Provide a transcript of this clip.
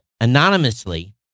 anonymously